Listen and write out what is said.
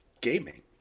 gaming